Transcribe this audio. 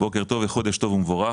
וחודש טוב ומבורך.